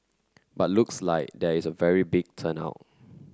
but looks like there is a very big turn out